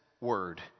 word